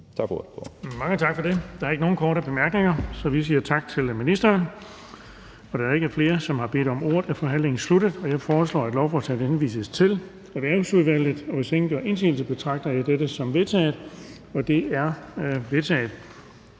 fg. formand (Erling Bonnesen): Der er ikke nogen korte bemærkninger, så vi siger tak til ministeren. Da der ikke er flere, som har bedt om ordet, er forhandlingen sluttet. Jeg foreslår, at lovforslaget henvises til Erhvervsudvalget. Hvis ingen gør indsigelse, betragter jeg dette som vedtaget. Det er vedtaget.